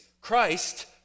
Christ